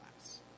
class